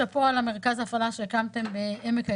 שאפו על מרכז ההפעלה שהקמתם בעמק הירדן,